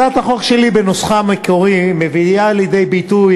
הצעת החוק שלי בנוסחה המקורי מביאה לידי ביטוי